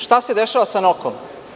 Šta se dešava sa NOK-om?